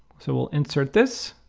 so we'll insert this.